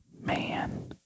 man